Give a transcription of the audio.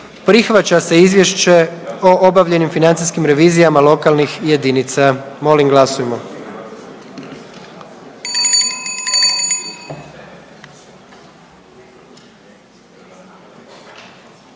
Prihvaća se Izvješće o obavljenim financijskim revizijama lokalnih jedinica. Molim glasujmo.